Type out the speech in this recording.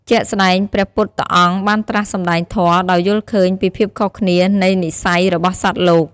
ជាក់ស្ដែង ព្រះពុទ្ធអង្គបានត្រាស់សម្តែងធម៌ដោយយល់ឃើញពីភាពខុសគ្នានៃនិស្ស័យរបស់សត្វលោក។